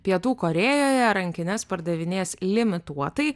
pietų korėjoje rankines pardavinės limituotai